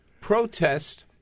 protest